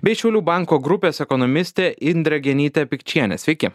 bei šiaulių banko grupės ekonomistė indrė genytė pikčienė sveiki